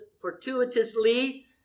fortuitously